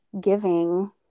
giving